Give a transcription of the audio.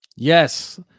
Yes